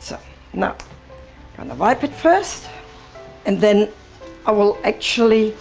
so now wipe it first and then i will actually